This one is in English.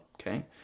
okay